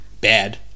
Bad